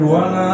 one